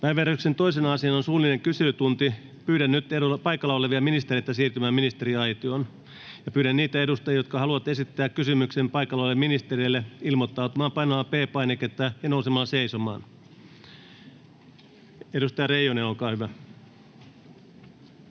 Päiväjärjestyksen 2. asiana on suullinen kyselytunti. Pyydän nyt paikalla olevia ministereitä siirtymään ministeriaitioon. Pyydän niitä edustajia, jotka haluavat esittää kysymyksen paikalla oleville ministereille, ilmoittautumaan painamalla P-painiketta ja nousemalla seisomaan. Edustaja Reijonen, olkaa hyvä.